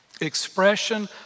Expression